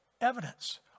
evidence